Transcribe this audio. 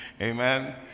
amen